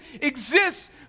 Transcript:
exists